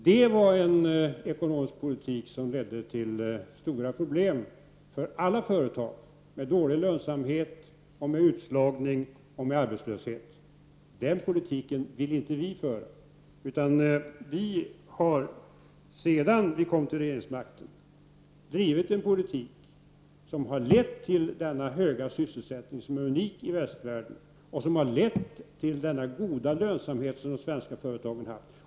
Det var en ekonomisk politik som ledde till stora problem för alla företag — dålig lönsamhet, utslagning och arbetslöshet. Den politiken vill inte vi föra. Vi har, sedan vi återkom till regeringsmakten, drivit en politik som har lett till denna höga sysselsättning som är unik i västvärlden och till denna goda lönsamhet som de svenska företagen haft.